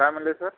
काय म्हणाले सर